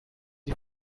sie